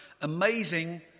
amazing